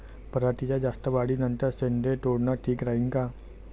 पराटीच्या जास्त वाढी नंतर शेंडे तोडनं ठीक राहीन का?